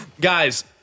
Guys